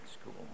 School